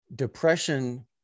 Depression